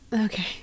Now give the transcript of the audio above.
okay